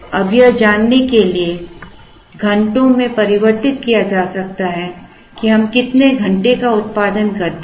अब यह जानने के लिए घंटों में परिवर्तित किया जा सकता है कि हम कितने घंटे का उत्पादन करते हैं